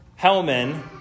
Hellman